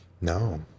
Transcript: No